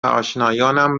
آشنایانم